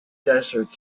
desert